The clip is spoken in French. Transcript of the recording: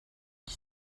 qui